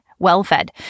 well-fed